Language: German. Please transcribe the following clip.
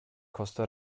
costa